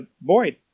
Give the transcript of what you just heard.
Boyd